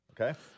Okay